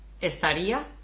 estaría